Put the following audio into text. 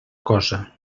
cosa